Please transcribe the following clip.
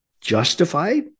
justified